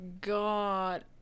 God